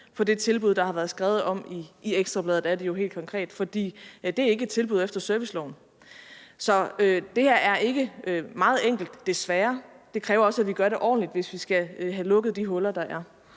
for det tilbud, der har været skrevet om i Ekstra Bladet, som det jo helt konkret er, for det er ikke et tilbud efter serviceloven. Så det her er desværre ikke meget enkelt, og det kræver også, at vi gør det ordentligt, hvis vi skal have lukket de huller, der er.